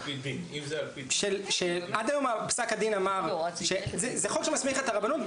זה בילד-אין --- שעד היום פסק הדין זה חוק שמסמיך את הרבנות,